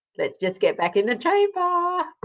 let's just get back in the chamber.